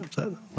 בסדר.